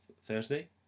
Thursday